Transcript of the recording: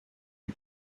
and